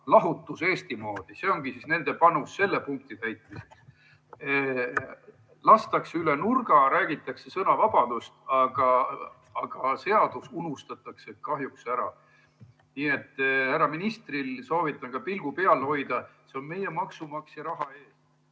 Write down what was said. "Lahutus Eesti moodi" – see ongi nende panus selle punkti täitmiseks. Lastakse üle nurga, räägitakse sõnavabadusest, aga seadus unustatakse kahjuks ära. Nii et härra ministril soovitan pilgu peal hoida. See on meie maksumaksja raha eest.